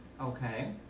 okay